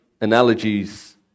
analogies